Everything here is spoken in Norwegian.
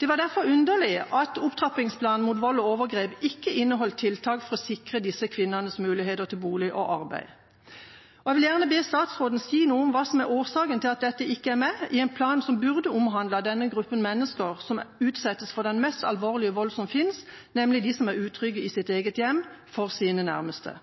Det var derfor underlig at opptrappingsplanen mot vold og overgrep ikke inneholdt tiltak for å sikre disse kvinnenes muligheter til bolig og arbeid. Jeg vil gjerne be statsråden si noe om hva som er årsaken til at dette ikke er med i en plan som burde omhandlet denne gruppen mennesker, som utsettes for den mest alvorlige vold som finnes, nemlig de som er utrygge i sitt eget hjem for sine nærmeste.